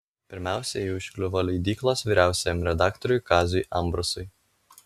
pirmiausia ji užkliuvo leidyklos vyriausiajam redaktoriui kaziui ambrasui